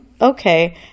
Okay